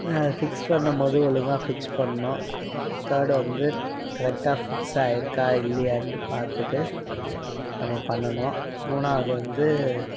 fix பண்ணும் போது ஒழுங்காக ஃபிக்ஸ் பண்ணணும் தேர்டு வந்து கரெக்டாக ஃபிக்ஸ் ஆகிருக்கா இல்லையான்ட்டு பார்த்துட்டு நம்ம பண்ணணும் மூணாவது வந்து